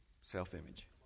self-image